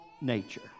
nature